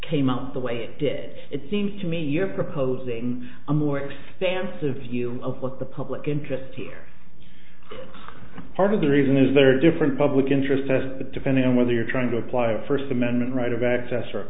out the way it did it seems to me you're proposing a more expansive view of what the public interest here part of the reason is there are different public interest test depending on whether you're trying to apply a first amendment right of access or a